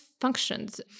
functions